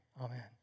Amen